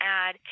add